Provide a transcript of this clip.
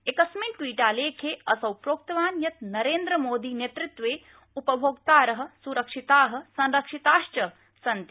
एकस्मिन् ट्वीटालेखे असौ प्रोक्तवान् यत् नरेन्द्रमोदिनेतृत्वे उपभोक्तार सुरक्षिता संरक्षिताश्च सन्ति